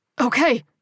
Okay